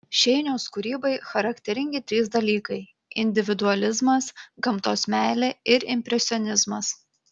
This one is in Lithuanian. šeiniaus kūrybai charakteringi trys dalykai individualizmas gamtos meilė ir impresionizmas